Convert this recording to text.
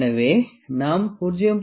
எனவே நாம் 0